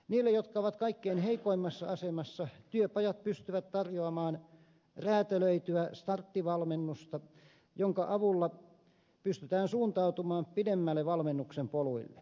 niille jotka ovat kaikkein heikoimmassa asemassa työpajat pystyvät tarjoamaan räätälöityä starttivalmennusta jonka avulla pystytään suuntautumaan pidemmälle valmennuksen poluille